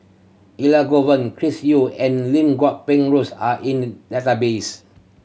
Elangovan Chris Yeo and Lim Guat Kheng Rosie are in the database